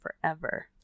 forever